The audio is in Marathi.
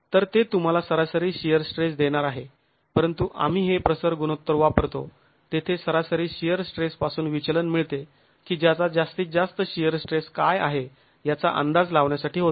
तर ते तुंम्हाला सरासरी शिअर स्ट्रेस देणार आहे परंतु आम्ही हे प्रसर गुणोत्तर वापरतो तेथे सरासरी शिअर स्ट्रेस पासून विचलन मिळते की ज्याचा जास्तीत जास्त शिअर स्ट्रेस काय आहे याचा अंदाज लावण्यासाठी होतो